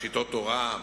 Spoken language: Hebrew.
שיטות הוראה,